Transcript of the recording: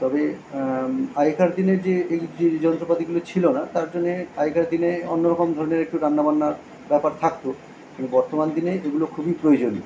তবে আগেকার দিনের যে এই যে যন্ত্রপাতিগুলো ছিল না তার জন্যে আগেকার দিনে অন্যরকম ধরনের একটু রান্নাবান্নার ব্যাপার থাকতো কিন্তু বর্তমান দিনে এগুলো খুবই প্রয়োজনীয়